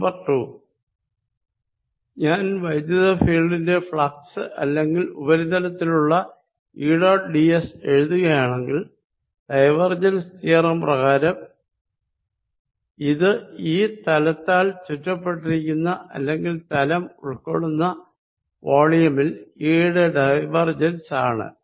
number 2 ഞാൻ electric ഫീൽഡിന്റെ flux അല്ലെങ്കിൽ ഉപരിതലത്തിലുള്ള ഈ ഡോട്ട് ഡിഎസ് എഴുതുകയാണെങ്കിൽ ഡൈവേർജെൻസ് തിയറം പ്രകാരം ഇത് ഈ തലത്താൽ ചുറ്റപ്പെട്ടിരിക്കുന്ന അല്ലെങ്കിൽ തലം ഉൾക്കൊള്ളുന്ന വോളിയമിൽ ഈ യുടെ ഡൈവേർജെൻസ് ആണ്